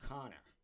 Connor